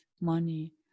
money